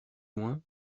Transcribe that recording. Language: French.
loin